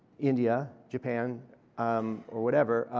india, japan um or whatever,